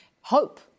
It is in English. hope